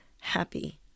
happy